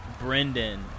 Brendan